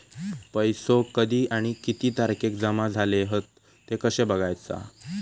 पैसो कधी आणि किती तारखेक जमा झाले हत ते कशे बगायचा?